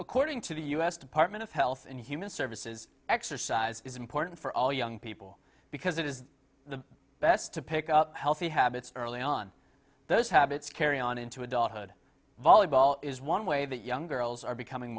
according to the u s department of health and human services exercise is important for all young people because it is the best to pick up healthy habits early on those habits carry on into adulthood volleyball is one way that young girls are becoming